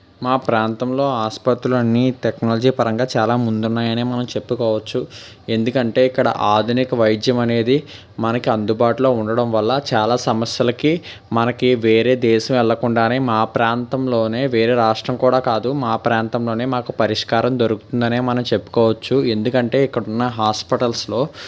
మా ప్రాంతంలో ఆసుపత్రులు అన్ని టెక్నాలజీ పరంగా చాలా ముందున్నాయని మనం చెప్పుకోవచ్చు ఎందుకంటే ఇక్కడ ఆధునిక వైద్యం అనేది మనకి అందుబాటులో ఉండడం వల్ల చాలా సమస్యలకి మనకి వేరే దేశం వెళ్లకుండానే మా ప్రాంతంలోనే వేరే రాష్ట్రం కూడా కాదు మా ప్రాంతంలోనే మాకు పరిష్కారం దొరుకుతుందనే మనం చెప్పుకోవచ్చు ఎందుకంటే ఇక్కడ ఉన్న హాస్పిటల్స్లో